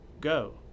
Go